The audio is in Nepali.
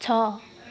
छ